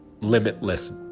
limitless